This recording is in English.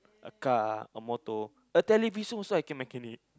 a car a motor a television also I can mechanic